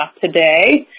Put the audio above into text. today